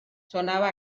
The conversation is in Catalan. sonava